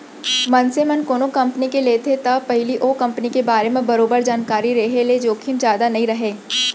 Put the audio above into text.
मनसे मन कोनो कंपनी के लेथे त पहिली ओ कंपनी के बारे म बरोबर जानकारी रेहे ले जोखिम जादा नइ राहय